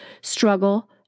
struggle